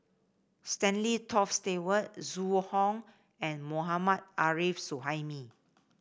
Stanley Toft Stewart Zhu Hong and Mohammad Arif Suhaimi